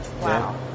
wow